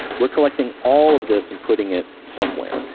we're collecting all of this and putting it somewhere.